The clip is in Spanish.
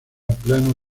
plano